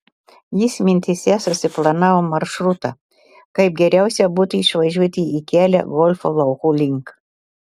jis mintyse susiplanavo maršrutą kaip geriausia būtų išvažiuoti į kelią golfo laukų link